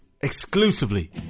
exclusively